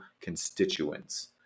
constituents